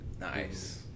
nice